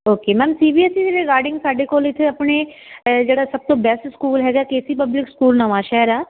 okay ma'am C B S E ਦੇ regarding ਸਾਡੇ ਕੋਲ ਇੱਥੇ ਆਪਣੇ ਜਿਹੜਾ ਸਭ ਤੋਂ ਬੈਸਟ ਸਕੂਲ ਹੈਗਾ K C public school Nawanshahr ਆ